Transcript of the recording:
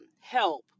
help